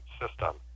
system